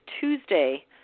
Tuesday